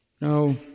No